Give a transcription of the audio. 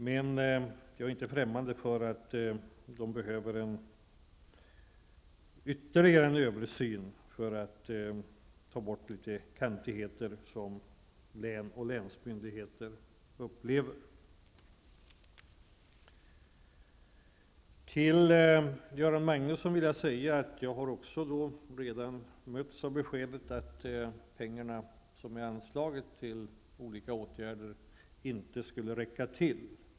Men jag är inte främmande för att de behöver en ytterligare översyn så att man kan ta bort en del av de kantigheter som län och länsmyndigheter upplever. Jag har redan, Göran Magnusson, mötts av beskedet att pengarna som är anslagna till olika åtgärder inte skulle räcka till.